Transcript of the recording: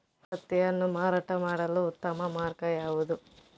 ಹತ್ತಿಯನ್ನು ಮಾರಾಟ ಮಾಡಲು ಉತ್ತಮ ಮಾರ್ಗ ಯಾವುದು?